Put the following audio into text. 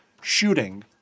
shooting